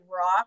raw